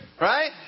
right